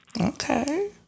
Okay